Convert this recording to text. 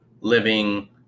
living